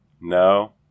No